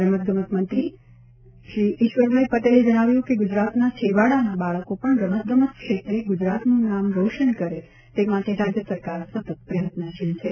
રમત ગમત મંત્રી ઇશ્વરભાઈ પટેલે જણાવ્યું હતું કે ગુજરાતના છેવાડાના બાળકો પણ રમત ગમત ક્ષેત્રે ગુજરાતનું નામ રોશન કરે તે માટે રાજ્ય સરકાર સતત પ્રયત્નશીલ છે